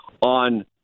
on